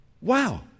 Wow